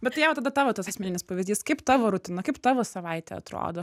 bet ieva tada tavo tas asmeninis pavyzdys kaip tavo rutina kaip tavo savaitė atrodo